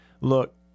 look